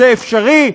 זה אפשרי?